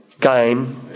game